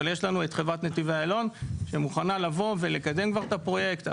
אבל יש לנו את חברת נתיבי איילון שמוכנה לבוא ולקדם כבר את הפרויקט.